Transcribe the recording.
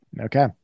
Okay